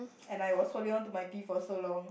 and I was holding on to my pee for so long